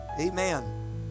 amen